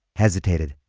hesitated.